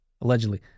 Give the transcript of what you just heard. Allegedly